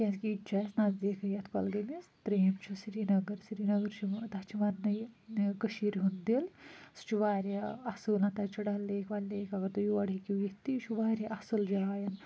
کیٛازِکہِ ییٚتہِ چھُ اَسہِ نٔزدیٖکے یَتھ کۄلگٲمِس ترٛیٚیِم چھُ سریٖنگر سریٖنگر چھُ تَتھ چھِ وَنٕنَے یہِ کٔشیٖرِ ہُنٛد دِل سُہ چھُ واریاہ اَصٕل تَتہِ چھُ ڈَل لیک وَل لیک اگر تُہۍ یور ہیٚکِو یِتھ تہٕ یہِ چھُ واریاہ اَصٕل جاے